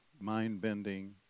mind-bending